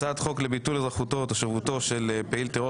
הצעת חוק לביטול אזרחותו או תושבותו של פעיל טרור